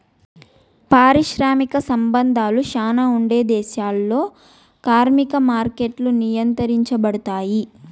పారిశ్రామిక సంబంధాలు శ్యానా ఉండే దేశాల్లో కార్మిక మార్కెట్లు నియంత్రించబడుతాయి